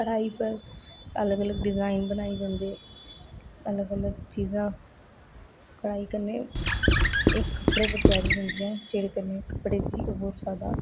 कढाई उप्पर अलग अळग डिजाइन बनाए जंदे अलग अलग चीजां कढाई कन्नै एह् कपडे़ उप्पर तुआरी जंदी जेहदे कन्नै कपडे़ दी उमर ज्यादा